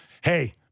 Hey